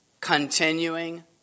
continuing